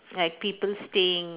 like people staying